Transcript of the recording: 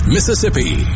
Mississippi